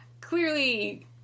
Clearly